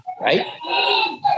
Right